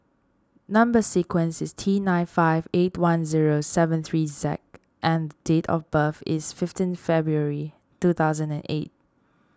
Number Sequence is T nine five eight one zero seven three Z and date of birth is fifteen February two thousand and eight